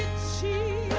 c